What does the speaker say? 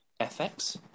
FX